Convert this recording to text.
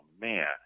man